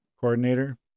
coordinator